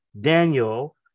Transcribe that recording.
Daniel